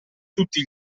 tutti